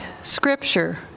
Scripture